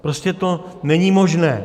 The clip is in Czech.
Prostě to není možné.